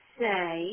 say